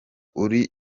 uri